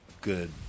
good